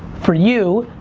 for you,